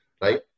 Right